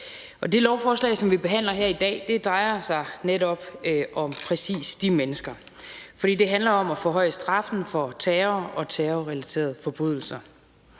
Det lovforslag, som vi behandler her i dag, drejer sig om præcis de mennesker, for det handler om at forhøje straffen for terror og terrorrelaterede forbrydelser.